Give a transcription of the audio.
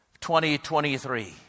2023